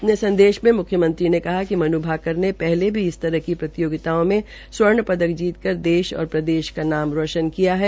अपने संदेश में मुख्यमंत्री ने कहा कि मनू भाकर ने पहले भी इस तरह की प्रतियोगिताओ में स्वण पदक जीतकर देश और प्रदेश का नाम रोशन किया है